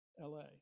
LA